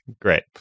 Great